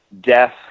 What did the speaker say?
death